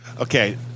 Okay